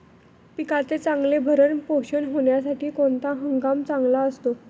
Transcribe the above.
पिकाचे चांगले भरण पोषण होण्यासाठी कोणता हंगाम चांगला असतो?